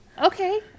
Okay